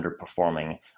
underperforming